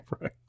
right